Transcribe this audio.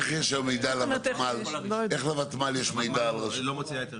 ואם לא, אני לא הולך על זה.